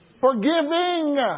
Forgiving